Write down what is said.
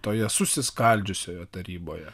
toje susiskaldžiusioje taryboje